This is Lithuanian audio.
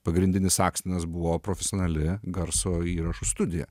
pagrindinis akstinas buvo profesionali garso įrašų studija